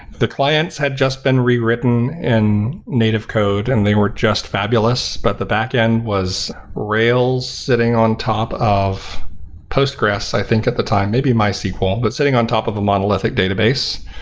the clients had just been rewritten in native code and they were just fabulous, but the backend was rails sitting on top of postgres, i think at the time. maybe mysql, but sitting on top of a monolithic database.